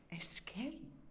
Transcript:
Escape